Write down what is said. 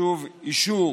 שוב, אישור